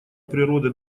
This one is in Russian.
природы